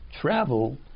travel